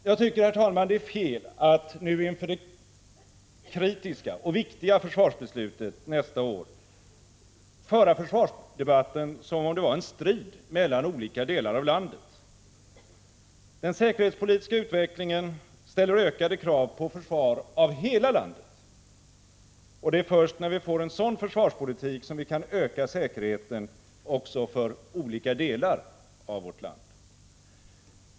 Jag tycker, herr talman, att det är fel att nu inför det kritiska och viktiga försvarsbeslutet nästa år föra försvarsdebatten som om det var en strid mellan olika delar av landet. Den säkerhetspolitiska utvecklingen ställer ökade krav på försvaret av hela landet. Och det är först när vi får en sådan försvarspolitik som vi kan öka säkerheten också för olika delar av vårt land.